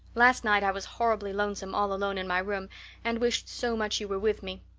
last night i was horribly lonesome all alone in my room and wished so much you were with me.